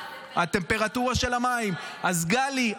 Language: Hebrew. הטמפרטורה של המים ------ הטמפרטורה של המים --- אז גלי,